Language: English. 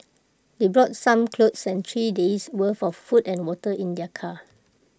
they brought some clothes and three days' worth of food and water in their car